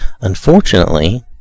Unfortunately